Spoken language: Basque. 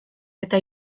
eta